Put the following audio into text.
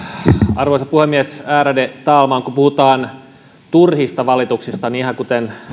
arvoisa puhemies ärade talman kun puhutaan turhista valituksista niin ihan kuten